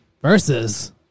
Versus